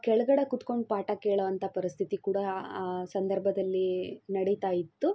ಕೆಳಗಡೆ ಕುತ್ಕೊಂಡು ಪಾಠ ಕೇಳೊವಂಥ ಪರಿಸ್ಥಿತಿ ಕೂಡಾ ಆ ಸಂದರ್ಭದಲ್ಲಿ ನಡಿತಾ ಇತ್ತು